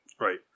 Right